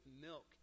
milk